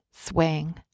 swing